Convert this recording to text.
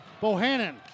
Bohannon